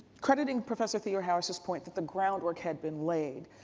crediting professor theoharis' point that the ground work had been laid,